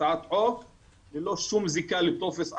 הצעת חוק ללא שום זיקה לטופס 4,